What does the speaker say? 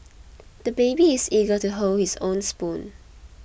the baby is eager to hold his own spoon